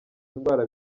indwara